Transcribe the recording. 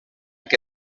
que